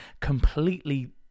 completely